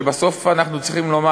שבסוף אנחנו צריכים לומר,